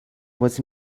was